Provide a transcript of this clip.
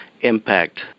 impact